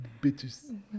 bitches